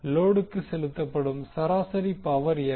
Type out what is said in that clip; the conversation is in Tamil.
லோடுக்கு செலுத்தப்படும் சராசரி பவர் என்ன